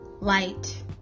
light